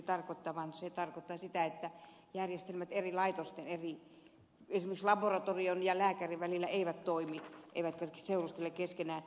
hän tarkoitti sitä että järjestelmät eri laitosten esimerkiksi laboratorion ja lääkärin välillä eivät toimi eivätkä seurustele keskenään